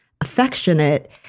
affectionate